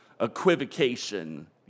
equivocation